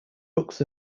books